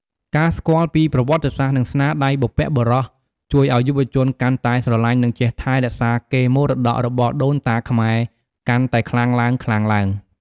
ការស្គាល់ពីប្រវត្តិសាស្ត្រ និងស្នាដៃបុព្វបុរស ជួយឲ្យយុវជនកាន់តែស្រឡាញ់ និងចេះថែរក្សាកេរមរតករបស់ដូនតាខ្មែរកាន់តែខ្លាំងឡើងៗ។